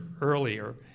earlier